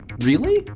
really?